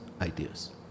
ideas